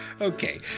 Okay